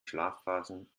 schlafphasen